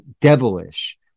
devilish